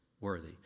worthy